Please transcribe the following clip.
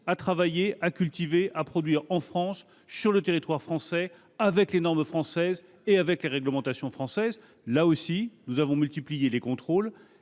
à travailler, à cultiver, à produire en France, sur le territoire français, selon les normes et les réglementations françaises. Encore une fois, nous avons multiplié les contrôles.